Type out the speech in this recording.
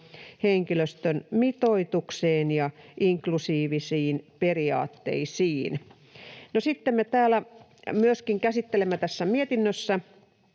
henkilöstön mitoitukseen ja inklusiivisiin periaatteisiin. No, sitten me myöskin käsittelemme tässä mietinnössä